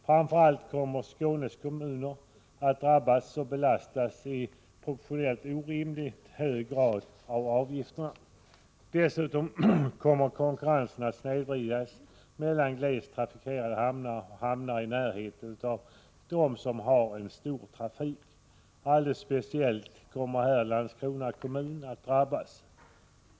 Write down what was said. Framför allt kommer Skånes kommuner att drabbas och belastas i orimligt och oproportionellt hög grad av avgifterna. Dessutom kommer konkurrensen att snedvridas mellan glest trafikerade hamnar och hamnar i närheten av dem som har stor trafik. Alldeles speciellt kan Landskrona kommun komma att drabbas.